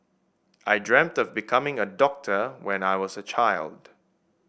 I dreamt of becoming a doctor when I was a child